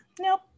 Nope